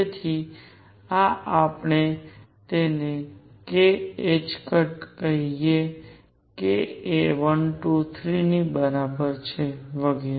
તેથી આ આપણે તેને k કહીએ k એ 1 2 3 ની બરાબર છે વગેરે